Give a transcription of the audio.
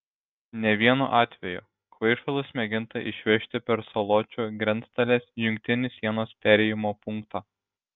ne vienu atveju kvaišalus mėginta išvežti per saločių grenctalės jungtinį sienos perėjimo punktą